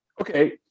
okay